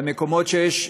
והמקומות שיש,